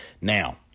Now